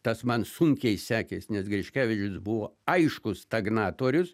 tas man sunkiai sekės nes griškevičius buvo aišku stagnatorius